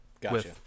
Gotcha